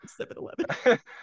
7-Eleven